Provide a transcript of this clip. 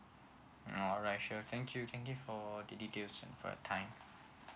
alright sure thank you thank you for the details and for your time